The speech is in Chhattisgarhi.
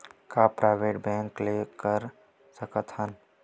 का प्राइवेट बैंक ले कर सकत हन?